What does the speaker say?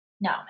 No